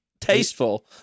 tasteful